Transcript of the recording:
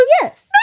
yes